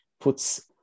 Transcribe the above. puts